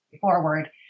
forward